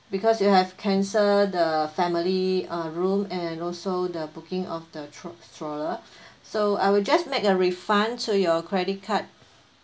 because you have cancelled the family uh room and also the booking of the stro~ stroller so I will just make a refund to your credit card